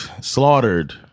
slaughtered